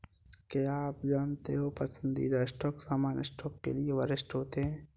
क्या आप जानते हो पसंदीदा स्टॉक सामान्य स्टॉक के लिए वरिष्ठ होते हैं?